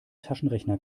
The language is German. taschenrechner